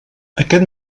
aquest